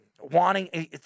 wanting